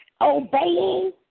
obeying